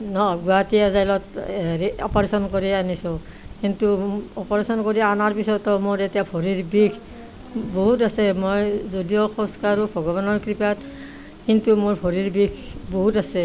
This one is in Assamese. অ গুৱাহাটী এজাইলত এ হেৰি অপাৰেশ্যন কৰি আনিছো কিন্তু অপাৰেশ্যন কৰি অনাৰ পিছতো মোৰ এতিয়া ভৰিৰ বিষ বহুত আছে মই যদিও খোজ কাঢ়োঁ ভগৱানৰ কৃপাত কিন্তু মোৰ ভৰিৰ বিষ বহুত আছে